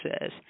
says